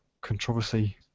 controversy